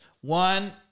One